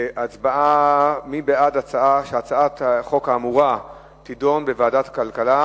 מי בעד שהצעת החוק האמורה תידון בוועדת הכלכלה,